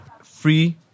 free